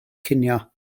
cinio